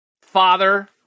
father